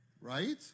right